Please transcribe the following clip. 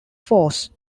force